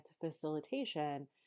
facilitation